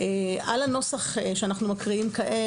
על הנוסח שאנחנו מקריאים כעת,